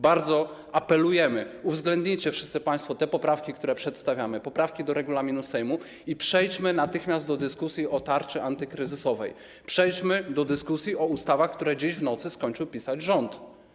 Bardzo apelujemy: uwzględnijcie wszyscy państwo te poprawki, które przedstawiamy, poprawki do regulaminu Sejmu, i przejdźmy natychmiast do dyskusji o tarczy antykryzysowej, przejdźmy do dyskusji o ustawach, które dziś w nocy skończył pisać rząd.